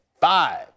five